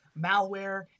malware